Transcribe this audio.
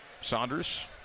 Saunders